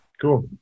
Cool